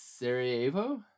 Sarajevo